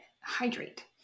hydrate